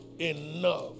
enough